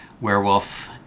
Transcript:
werewolf